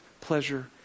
pleasure